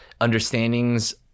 understandings